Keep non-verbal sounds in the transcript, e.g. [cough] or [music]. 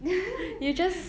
[noise]